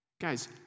Guys